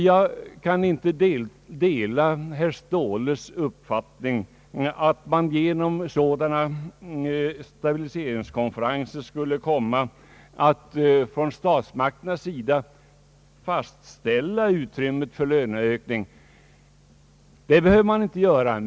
Jag kan inte dela herr Ståhles uppfattning att statsmakterna genom sådana stabiliseringskonferenser som föreslagits skulle komma att fastställa utrymmet för löneökningar. Det behöver inte bli fallet.